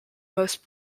most